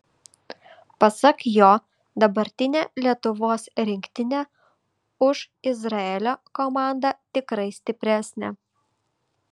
pasak jo dabartinė lietuvos rinktinė už izraelio komandą tikrai stipresnė